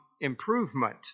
improvement